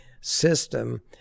system